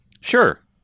Sure